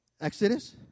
Exodus